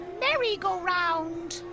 merry-go-round